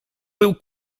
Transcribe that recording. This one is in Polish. był